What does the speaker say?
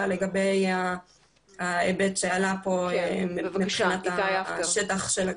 לגבי ההיבט שעלה פה מבחינת השטח של השגרירות.